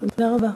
תודה רבה.